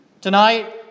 Tonight